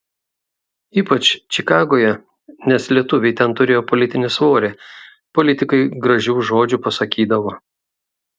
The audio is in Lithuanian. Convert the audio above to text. ypač čikagoje nes lietuviai ten turėjo politinį svorį politikai gražių žodžių pasakydavo